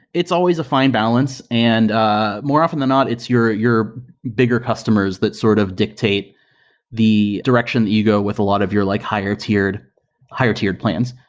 it's always a fine balance, and ah more often than not, it's your your bigger customers that sort of dictate the direction that you go with a lot of your like higher-tiered higher-tiered plans.